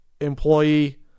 employee